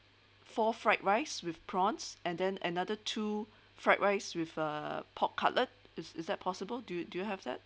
four fried rice with prawns and then another two fried rice with a pork cutlet is is that possible do do you have that